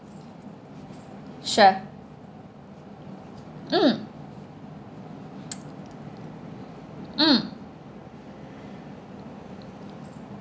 sure mm mm